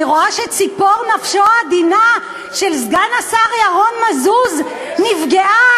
אני רואה שציפור נפשו העדינה של סגן השר ירון מזוז נפגעה.